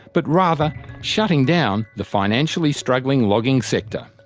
but rather shutting down the financially struggling logging sector.